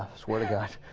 swear to gosh